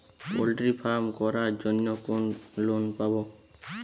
Poultry farm করার জন্য কোন লোন পাব?